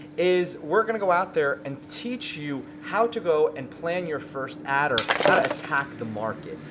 is we're gonna go out there and teach you how to go and plan your first ad or how to attack the market.